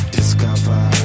Discover